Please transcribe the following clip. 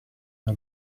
una